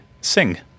Sing